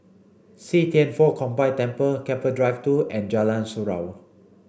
See Thian Foh Combined Temple Keppel Drive two and Jalan Surau